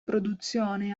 produzione